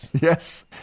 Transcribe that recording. Yes